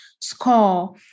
score